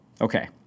Okay